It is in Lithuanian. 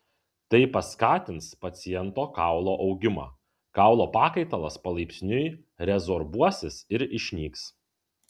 tai paskatins paciento kaulo augimą kaulo pakaitalas palaipsniui rezorbuosis ir išnyks